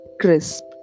crisp